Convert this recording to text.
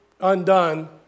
undone